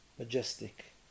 majestic